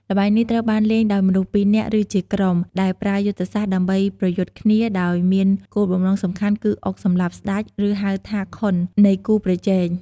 ល្បែងនេះត្រូវបានលេងដោយមនុស្សពីរនាក់ ឬជាក្រុម ដែលប្រើយុទ្ធសាស្ត្រដើម្បីប្រយុទ្ធគ្នាដោយមានគោលបំណងសំខាន់គឺអុកសម្លាប់ស្ដេច ឬហៅថា ខុន នៃគូប្រជែង។